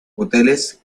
hoteles